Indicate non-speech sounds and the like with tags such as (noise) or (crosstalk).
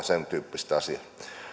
(unintelligible) sen tyyppiset asiat